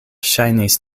ŝajnis